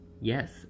Yes